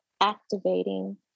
activating